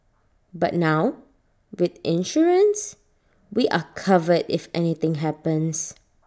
but now with insurance we are covered if anything happens